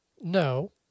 No